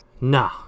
Nah